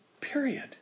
Period